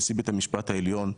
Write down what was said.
נשיא בית המשפט העליון,